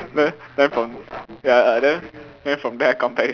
then then from ya ya then then from there I come back